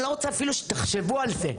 אני לא רוצה אפילו שתחשבו על זה.